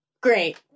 Great